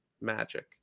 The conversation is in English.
magic